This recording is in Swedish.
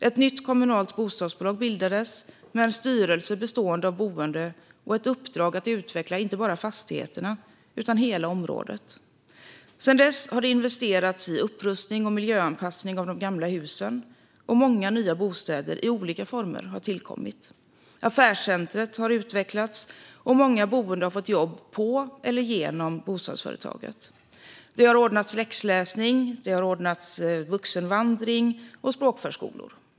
Ett nytt kommunalt bostadsbolag bildades med en styrelse bestående av boende och ett uppdrag att utveckla inte bara fastigheterna utan hela området. Sedan dess har det investerats i upprustning och miljöanpassning av de gamla husen, och många nya bostäder i olika former har tillkommit. Affärscentrumet har utvecklats, och många boende har fått jobb på eller genom bostadsföretaget. Det har ordnats läxläsning, vuxenvandring och språkförskolor.